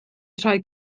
rhoi